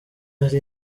hari